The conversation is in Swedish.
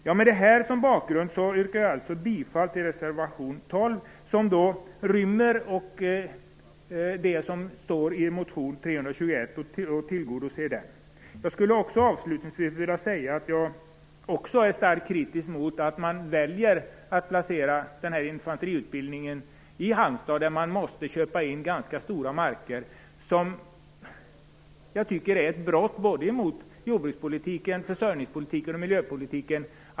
Mot denna bakgrund yrkar jag bifall till reservation 12, som rymmer, och även tillgodoser, det som står i motion Fö321. Avslutningsvis skulle jag bara vilja säga att jag också är starkt kritisk mot att man väljer att placera den här infanteriutbildningen i Halmstad, där man ju måste köpa in ganska stora marker. Det tycker jag är ett brott mot jordbrukspolitiken, försörjningspolitiken och miljöpolitiken.